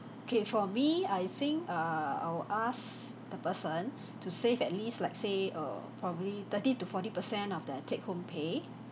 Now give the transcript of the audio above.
okay for me I think err I'll ask the person to save at least like say err probably thirty to forty percent of their take home pay